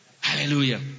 hallelujah